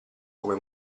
come